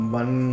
one